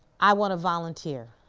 i want to volunteer.